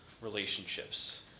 relationships